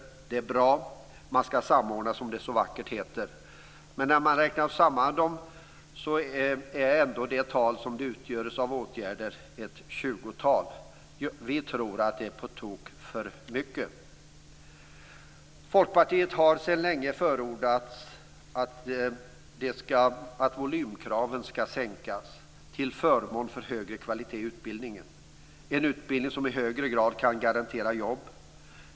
Det är bra. Man skall samordna, som det så vackert heter. Men när man räknar samman åtgärderna ser man att det ändå är ett tjugotal. Vi tror att det är på tok för många. Folkpartiet har sedan länge förordat att volymkraven skall sänkas till förmån för högre kvalitet i utbildningen. Det skall vara en utbildning som i högre grad kan garantera jobb.